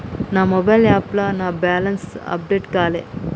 నా మొబైల్ యాప్లో నా బ్యాలెన్స్ అప్డేట్ కాలే